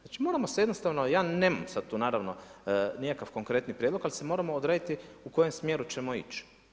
Znači moramo se jednostavno, ja nemam sad tu naravno nekakav konkretni prijedlog ali se moramo odrediti u kom smjeru ćemo ići.